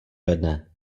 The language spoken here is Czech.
jedné